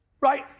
Right